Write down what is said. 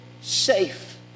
safe